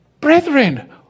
brethren